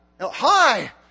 Hi